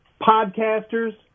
podcasters